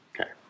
Okay